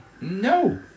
No